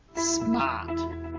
smart